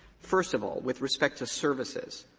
first of all, with respect to services,